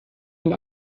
bin